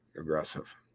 Aggressive